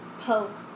post